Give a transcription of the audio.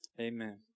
Amen